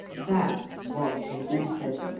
that was his method.